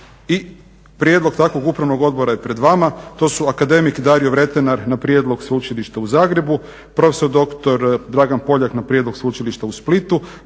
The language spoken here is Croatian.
i prijedlog takvog upravnog odbora je pred vama, to su akademik Dario Vretenar na prijedlog sveučilišta u Zagrebu, profesor doktor Dragan Poljak na prijedlog sveučilišta u Splitu,